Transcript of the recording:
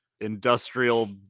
industrial